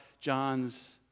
John's